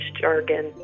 jargon